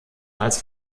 als